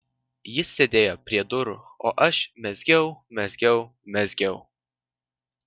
jis sėdėjo prie durų o aš mezgiau mezgiau mezgiau